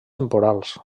temporals